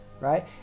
right